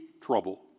trouble